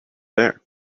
there